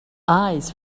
eyes